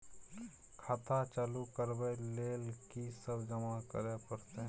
खाता चालू करबै लेल की सब जमा करै परतै?